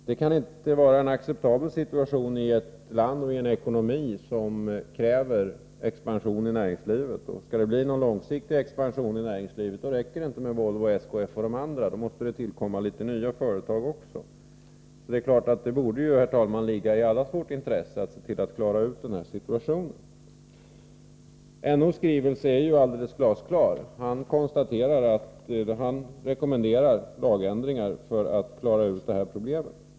Det kan inte vara en acceptabel situation i ett land med en ekonomi som kräver expansion i näringslivet. Och skall det bli någon långsiktig expansion i näringslivet räcker det inte med Volvo, SKF och de andra, utan det måste tillkomma litet nya företag också. Det borde därför, herr talman, ligga i allas vårt intresse att klara ut denna situation. NO:s skrivelse är glasklar. Han rekommenderar lagändringar för att klara ut detta problem.